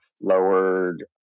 lowered